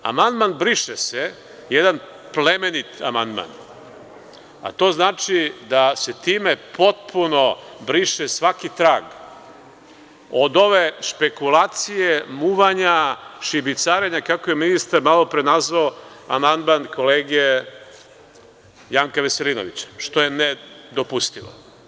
Amandman „briše se“ je jedan plemenit amandman, a to znači da se time potpuno briše svaki trag od ove špekulacije, muvanja, šibicarenja, kako je ministar malopre nazvao amandman kolege Janka Veselinovića, što je nedopustivo.